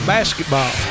Basketball